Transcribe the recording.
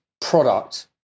product